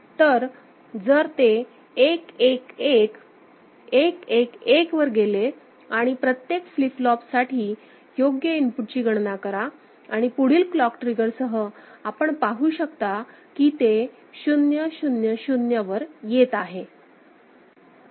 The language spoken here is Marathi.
तर जर ते 1 1 1 11 1 वर गेले आणि प्रत्येक फ्लिप फ्लॉपसाठी योग्य इनपुटची गणना करा आणि पुढील क्लॉक ट्रिगरसह आपण पाहू शकता की ते 0 0 0 वर येत आहे